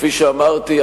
כפי שאמרתי,